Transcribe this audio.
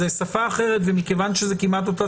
זאת שפה אחרת ומכיוון שזאת כמעט אותה